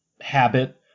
habit